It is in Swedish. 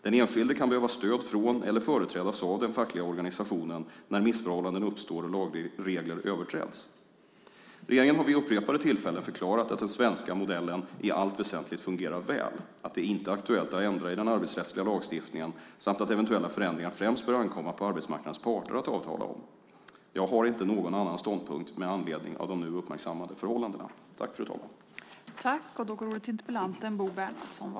Den enskilde kan behöva stöd från eller företrädas av den fackliga organisationen när missförhållanden uppstår och lagregler överträds. Regeringen har vid upprepade tillfällen förklarat att den svenska modellen i allt väsentligt fungerar väl, att det inte är aktuellt att ändra i den arbetsrättsliga lagstiftningen samt att eventuella förändringar främst bör ankomma på arbetsmarknadens parter att avtala om. Jag har inte någon annan ståndpunkt med anledning av de nu uppmärksammade förhållandena.